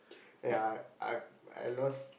ya I I I lost